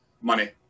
money